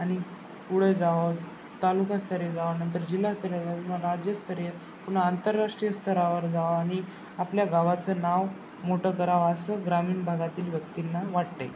आणि पुढे जावं तालुकास्तरीय जावं नंतर जिल्हास्तरीय राज्यस्तरीय पून्हा आंतरराष्ट्रीय स्तरावर जावं आणि आपल्या गावाचं नाव मोठं करावं असं ग्रामीण भागातील व्यक्तींना वाटते